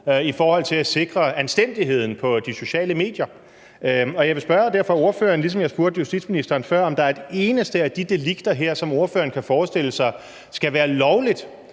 i forhold til at sikre anstændigheden på de sociale medier. Jeg vil derfor spørge ordføreren, ligesom jeg spurgte justitsministeren før, om der er et eneste af de delikter her, som ordføreren kan forestille sig skal være lovlige,